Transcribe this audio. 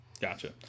Gotcha